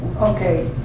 Okay